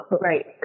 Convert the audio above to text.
Right